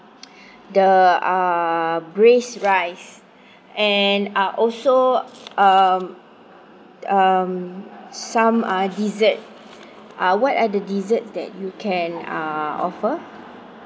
the uh braised rice and are also um um some uh dessert uh what are the dessert that you can uh offer